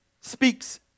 speaks